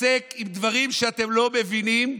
להתעסק עם דברים שאתם לא מבינים,